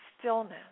stillness